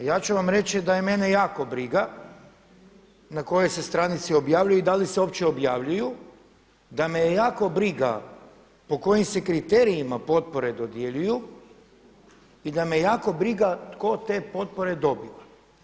A ja ću vam reći da je mene jako briga na kojoj se stranici objavljuju i da li se uopće objavljuju, da me je jako briga po kojim se kriterijima potpore dodjeljuju i da me je jako briga tko te potpore dobiva.